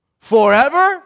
Forever